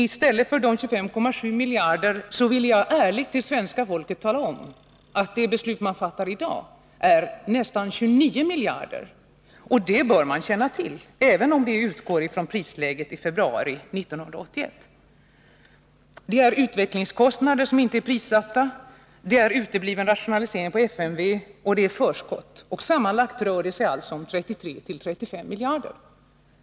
I stället för 25,7 miljarder vill jag ärligt för svenska folket tala om att det beslut man fattar i dag rör sig om nästan 29 miljarder, och det bör man känna till, även om det utgår från prisläget i februari 1981. Det är utvecklingskostnader som inte är prissatta, det är utebliven rationalisering på FMV och det är förskott. Sammanlagt rör det sig om 33-35 miljarder.